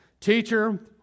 Teacher